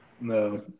No